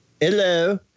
Hello